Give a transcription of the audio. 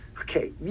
Okay